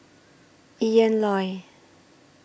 Ian Loy